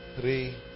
Three